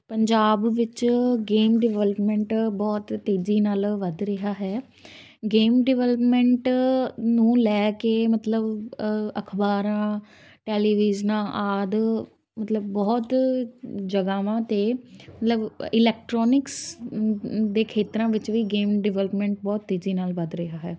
ਪੰਜਾਬ ਵਿੱਚ game development ਬਹੁਤ ਤੇਜ਼ੀ ਨਾਲ ਵੱਧ ਰਿਹਾ ਹੈ ਗੇਮ ਡਿਵੈਲਪਮੈਂਟ ਨੂੰ ਲੈ ਕੇ ਮਤਲਬ ਅਖ਼ਬਾਰਾਂ ਟੈਲੀਵਿਜ਼ਨਾਂ ਆਦਿ ਮਤਲਬ ਬਹੁਤ ਜਗ੍ਹਾਵਾਂ 'ਤੇ ਲਬ ਇਲੈਕਟਰੋਨਿਕਸ ਦੇ ਖੇਤਰਾਂ ਵਿੱਚ ਵੀ ਗੇਮ ਡਿਵੈਲਪਮੈਂਟ ਬਹੁਤ ਤੇਜ਼ੀ ਨਾਲ ਵੱਧ ਰਿਹਾ ਹੈ